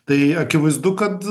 tai akivaizdu kad